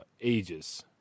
ages